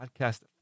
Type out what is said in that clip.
podcast